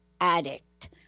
addict